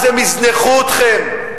אז הם יזנחו אתכם,